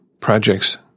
projects